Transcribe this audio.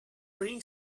bring